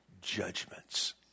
judgments